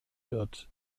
wird